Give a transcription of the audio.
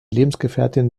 lebensgefährtin